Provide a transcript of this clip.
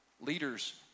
Leaders